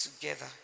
together